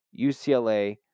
UCLA